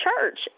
church